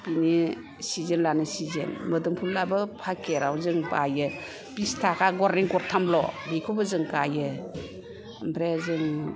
बेनि सिजेन लानानै सिजेन मोदुमफुलआबो फाकेटआव जों बाइयो बिस थाखा गरनै गरथामल' बेखौबो जों गाइयो ओमफ्राय जों